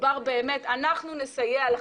אנחנו נסייע להם.